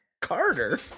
Carter